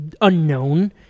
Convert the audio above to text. unknown